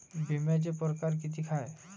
बिम्याचे परकार कितीक हाय?